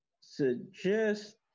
suggest